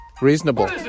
Reasonable